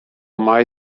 mai